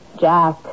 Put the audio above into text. Jack